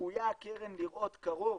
צפויה הקרן לראות קרוב